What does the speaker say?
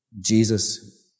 Jesus